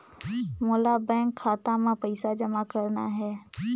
मोला बैंक खाता मां पइसा जमा करना हे?